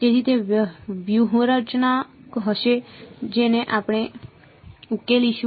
તેથી તે વ્યૂહરચના હશે જેને આપણે ઉકેલીશું